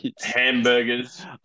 Hamburgers